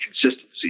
consistency